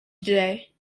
today